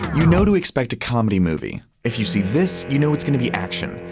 you know to expect a comedy movie. if you see this you know it's going to be action.